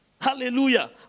Hallelujah